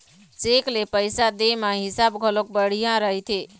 cheque ले पइसा दे म हिसाब घलोक बड़िहा रहिथे